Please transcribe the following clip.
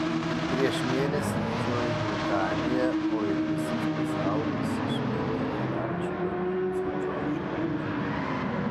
prieš mėnesį didžioji britanija o ir visas pasaulis šventė karališkojo princo džordžo gimimą